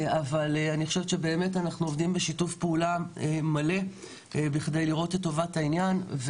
אני חושבת שאנחנו עובדים בשיתוף פעולה מלא בכדי לראות את טובת העניין.